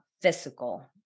physical